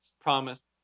promised